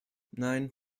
nein